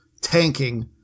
tanking